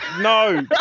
no